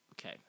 Okay